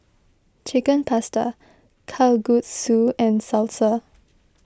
Chicken Pasta Kalguksu and Salsa